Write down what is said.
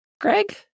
Greg